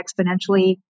exponentially